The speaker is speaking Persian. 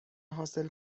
حاصل